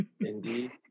indeed